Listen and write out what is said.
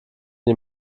die